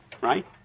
right